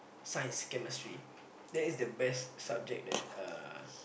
science chemistry that is the best subject that uh